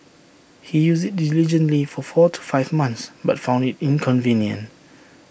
he used IT diligently for four to five months but found IT inconvenient